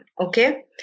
okay